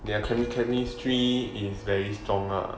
they are chemi~ chemistry is very strong lah